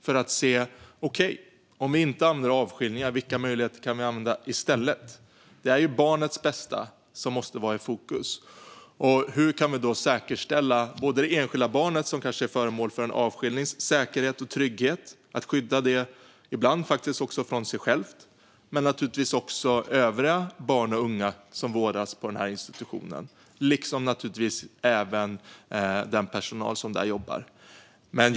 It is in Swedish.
Man ska se på vilka möjligheter som kan användas i stället om man inte använder sig av avskiljning. Barnets bästa måste vara i fokus. Hur kan vi säkerställa säkerheten och tryggheten för det enskilda barn som kanske är föremål för avskiljning? Ibland kanske man måste skydda barnet från sig självt. Men naturligtvis måste man också se till övriga barn och unga som vårdas på institutionen liksom den personal som jobbar där.